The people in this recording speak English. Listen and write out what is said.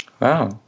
Wow